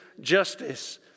justice